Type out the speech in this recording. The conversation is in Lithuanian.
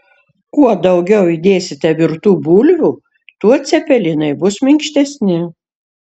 kuo daugiau įdėsite virtų bulvių tuo cepelinai bus minkštesni